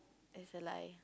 is a lie